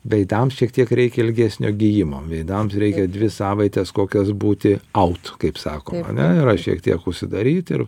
veidams šiek tiek reikia ilgesnio gijimo veidams reikia dvi savaites kokias būti aut kaip sakoma ane yra šiek tiek užsidaryti ir